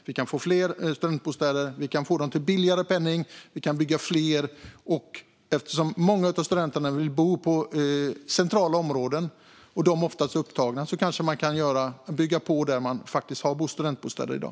Vi kan bygga fler studentbostäder, vi kan få dem till billigare penning och eftersom många av studenterna vill bo i centrala områden och dessa oftast är upptagna kanske man kan bygga på där det faktiskt finns studentbostäder i dag.